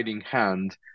hand